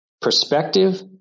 Perspective